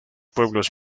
pueblos